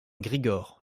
grigor